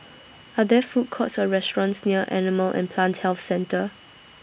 Are There Food Courts Or restaurants near Animal and Plant Health Centre